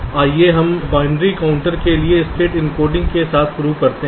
तो आइए हम बाइनरी काउंटर के लिए स्टेट एन्कोडिंग के साथ शुरू करते हैं